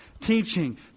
Teaching